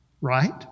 Right